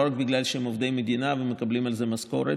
לא רק בגלל שהם עובדי מדינה ומקבלים על זה משכורת.